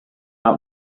out